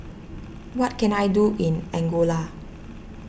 what can I do in Angola